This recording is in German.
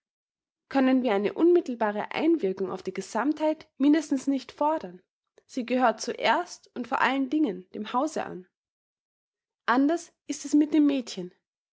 können wir eine unmittelbare einwirkung auf die gesammtheit mindestens nicht fordern sie gehört zuerst und vor allen dingen dem hause an anders ist es mit dem mädchen